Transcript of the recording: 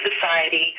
society